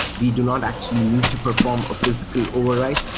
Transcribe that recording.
we do not actually need to perform a physical overwrite,